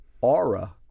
aura